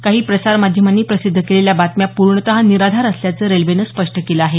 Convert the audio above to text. काही प्रसार माध्यमांनी प्रसिद्ध केलेल्या बातम्या पूर्णतः निराधार असल्याचं रेल्वेनं स्पष्ट केलं आहे